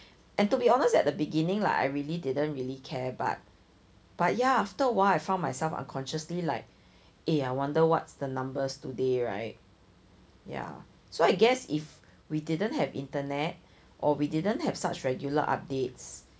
and to be honest at the beginning like I really didn't really care but but ya after a while I found myself unconsciously like eh I wonder what's the numbers today right ya so I guess if we didn't have internet or we didn't have such regular updates